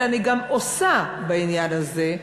אני גם עושה בעניין הזה.